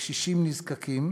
לקשישים נזקקים,